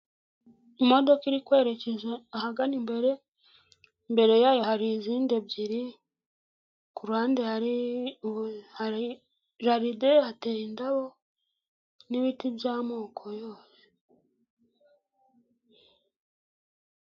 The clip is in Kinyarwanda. Imodoka iri kwerekeza ahagana imbere, imbere yayo hari izindi ebyiri, ku ruhande hari jaride hateye indabo, n'ibiti by'amoko yose.